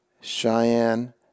cheyenne